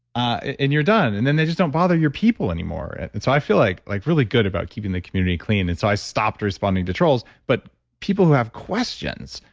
and you're done. and then they just don't bother your people anymore. and so i feel like like really good about keeping the community clean, and so i stopped responding to trolls but people who have questions,